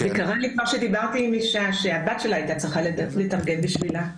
קרה לי כבר שדיברתי עם מישהי שהבת שלה הייתה צריכה לתרגם בשבילה.